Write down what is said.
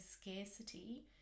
scarcity